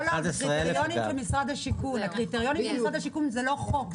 לא, זה קריטריונים של משרד השיכון וזה לא חוק.